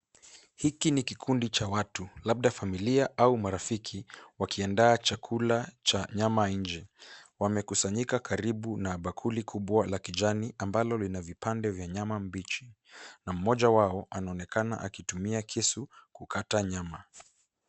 Hiki ni kikundi cha watu, labda familia au marafiki, wakiandaa chakula cha nyama nje. Wamekusanyika karibu na bakuli kubwa la kijani, ambalo lina vipande vya nyama mbichi. Na mmoja wao, anaonekana akitumia kisu, kukata nyama.